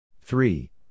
three